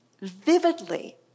vividly